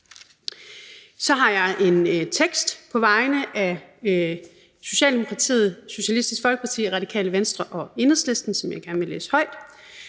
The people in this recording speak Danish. til vedtagelse på vegne af Socialdemokratiet, Socialistisk Folkeparti, Radikale Venstre og Enhedslisten, som jeg gerne vil læse højt: